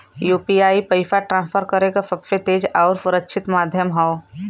UPI पइसा transfer करे क सबसे तेज आउर सुरक्षित माध्यम हौ